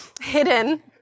hidden